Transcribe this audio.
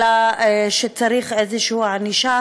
אלא שצריך איזושהי ענישה